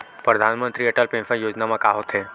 परधानमंतरी अटल पेंशन योजना मा का होथे?